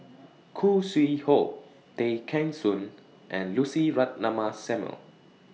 Khoo Sui Hoe Tay Kheng Soon and Lucy Ratnammah Samuel